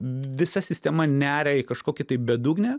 visa sistema neria į kažkokią tai bedugnę